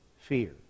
fear